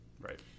Right